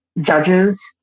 judges